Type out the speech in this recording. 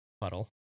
puddle